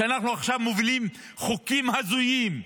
אנחנו עכשיו מובילים חוקים הזויים,